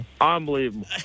Unbelievable